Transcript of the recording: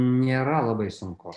nėra labai sunku